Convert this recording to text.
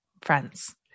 friends